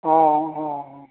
অ' অ' অ'